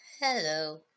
Hello